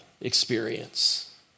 experience